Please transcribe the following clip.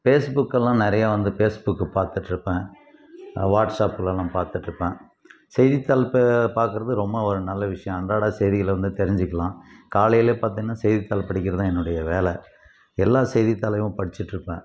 ஃபேஸ்புக்லாம் நிறையா வந்து ஃபேஸ்புக்கு பார்த்துட்டுருப்பேன் வாட்ஸாப்லலாம் பார்த்துட்டுருப்பேன் செய்தித்தாள் இப்போ பார்க்குறது ரொம்ப நல்ல விஷயம் அன்றாட செய்திகளை வந்து தெரிஞ்சிக்கலாம் காலையில் பார்த்தோன்னா செய்தித்தாள் படிக்கிறது தான் என்னுடைய வேலை எல்லா செய்தித்தாளையும் படிச்சிகிட்டுருப்பேன்